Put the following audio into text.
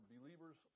believers